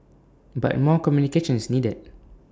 but more communication is needed